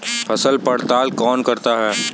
फसल पड़ताल कौन करता है?